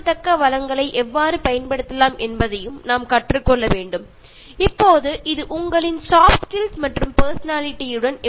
ഇവിടെ നിങ്ങൾക്ക് തോന്നാം ഇതൊക്കെ എങ്ങനെയാണ് നമ്മുടെ വ്യക്തിത്വവും സോഫ്റ്റ് സ്കിലുകളുമായി ബന്ധപ്പെട്ടിരിക്കുന്നത് എന്ന്